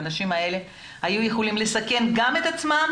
והאנשים האלה היו יכולים לסכן גם את עצמם